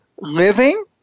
living